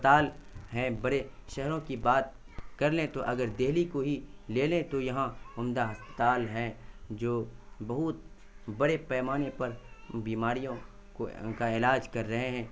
ہسپتال ہیں بڑے شہروں کی بات کر لیں تو اگر دہلی کو ہی لے لیں تو یہاں عمدہ ہسپتال ہیں جو بہت بڑے پیمانے پر بیماریوں کا علاج کر رہے ہیں